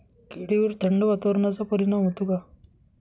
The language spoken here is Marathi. केळीवर थंड वातावरणाचा परिणाम होतो का?